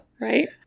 Right